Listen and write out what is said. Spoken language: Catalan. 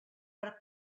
per